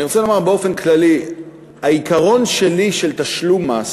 אני רוצה לומר באופן כללי: העיקרון שלי של תשלום מס